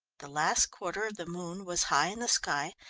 the last quarter of the moon was high in the sky,